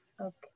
Okay